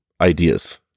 ideas